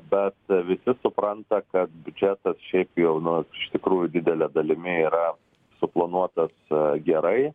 bet visi supranta kad biudžetas šiaip jau nu iš tikrųjų didele dalimi yra suplanuotas gerai